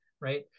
right